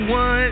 one